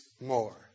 more